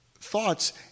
thoughts